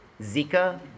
Zika